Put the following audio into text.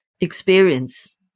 experience